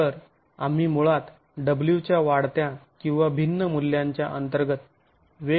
तर आम्ही मुळात w च्या वाढत्या किंवा भिन्न मूल्यांच्या अंतर्गत वेगवेगळ्या परिस्थितीकडे पहात आहोत